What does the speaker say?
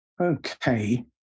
Okay